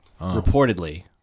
reportedly